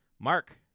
Mark